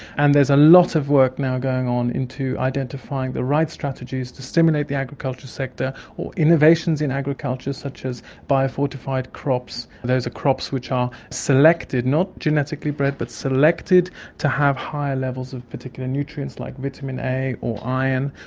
and there's a lot of work now going on into identifying the right strategies to stimulate the agriculture sector or innovations in agriculture agriculture such as bio-fortified crops. those are crops which are selected, not genetically bred but selected to have higher levels of particular nutrients like vitamin a or iron,